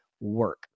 work